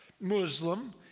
Muslim